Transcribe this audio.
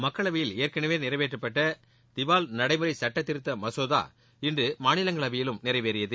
மக்களவையில் ஏற்கனவே நிறைவேற்றப்பட்ட திவால் நடைமுறை சுட்ட திருத்த மசோதாவுக்கு இன்று மாநிலங்களவையிலும் நிறைவேறியது